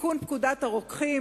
תיקון פקודת הרוקחים,